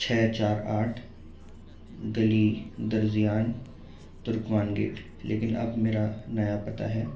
چھ چار آٹھ گلی درزیان ترکمان گیٹ لیکن اب میرا نیا پتہ ہے